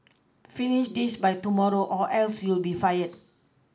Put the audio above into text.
finish this by tomorrow or else you'll be fired